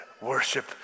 worship